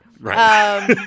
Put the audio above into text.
Right